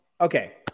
okay